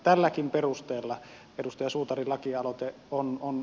tälläkin perusteella edustaja suutarin lakialoite on on